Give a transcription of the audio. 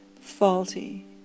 faulty